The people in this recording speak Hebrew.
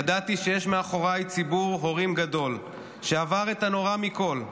ידעתי שיש מאחוריי ציבור הורים גדול שעבר את הנורא מכול,